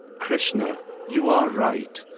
krishna, you are right.